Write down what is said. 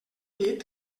dit